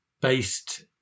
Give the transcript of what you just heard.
based